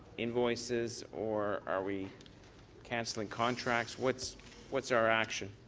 invoices, or are we cancelling contracts? what's what's our action?